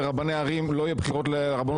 רבני ערים לא יהיו בחירות לרבנות הראשית?